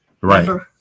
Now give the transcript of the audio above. right